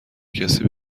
کسی